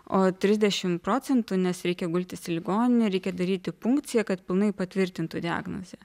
o trisdešimt procentų nes reikia gultis į ligoninę reikia daryti punkciją kad pilnai patvirtintų diagnozę